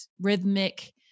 rhythmic